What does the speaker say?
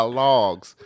logs